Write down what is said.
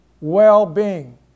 well-being